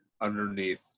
underneath